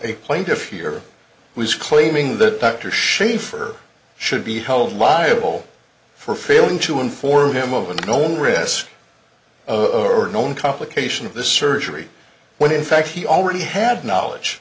a plaintiff here who's claiming that dr shafer should be held liable for failing to inform him of a known risk of or known complication of the surgery when in fact he already had knowledge